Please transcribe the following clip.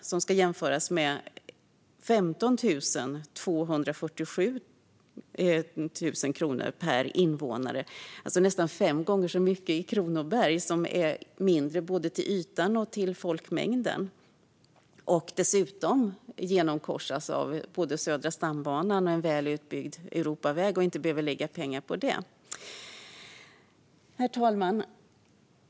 Det ska jämföras med 15 247 kronor per invånare, alltså nästan fem gånger så mycket, i Kronoberg, som är mindre både till yta och folkmängd och dessutom genomkorsas av både Södra stambanan och en väl utbyggd Europaväg och alltså inte behöver lägga pengar på det. Herr talman!